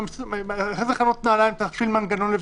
איזו חנות נעליים תפעיל מנגנון לוויסות?